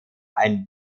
ein